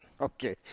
Okay